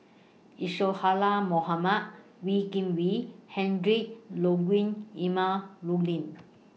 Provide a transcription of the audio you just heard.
Isadhora Mohamed Wee Kim Wee Ludwig Emil Luering